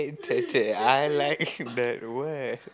K K I like that word